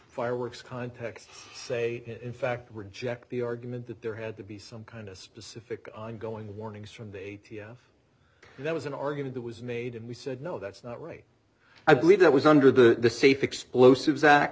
fireworks context say in fact reject the argument that there had to be some kind of specific ongoing warnings from the a t f that was an argument that was made and we said no that's not right i believe that was under the safe explosives